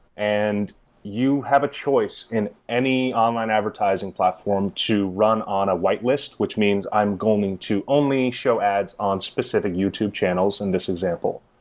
and you have a choice in any online advertising platform to run on a whitelist, which means i'm going to only show ads on specific youtube channels in this example,